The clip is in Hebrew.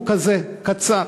הסיפור הוא כזה, קצר: